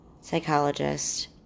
psychologist